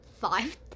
five